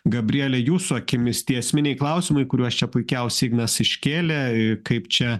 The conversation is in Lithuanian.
gabrielė jūsų akimis tie esminiai klausimai kuriuos čia puikiausiai ignas iškėlė kaip čia